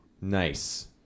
nice